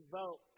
vote